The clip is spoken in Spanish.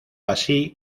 así